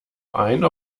ein